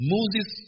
Moses